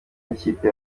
n’ikipe